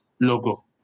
logo